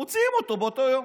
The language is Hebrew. מוציאים אותו באותו יום.